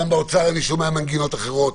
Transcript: גם באוצר אני שומע מנגינות אחרות,